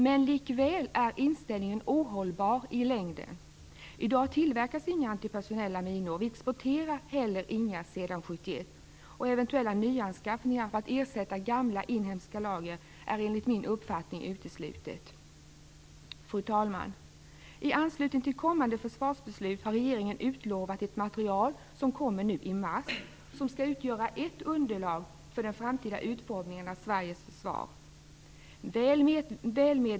Men likväl är inställningen ohållbar i längden. I dag tillverkas inga antipersonella minor. Vi exporterar heller inga sedan 1971. Eventuella nyanskaffningar för att ersätta gamla inhemska lager är enligt min uppfattning uteslutet. Fru talman! I anslutning till kommande försvarsbeslut har regeringen utlovat ett material som kommer i mars. Det skall utgöra ett underlag för den framtida utformningen av Sveriges försvar.